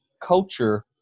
culture